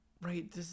right